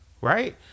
right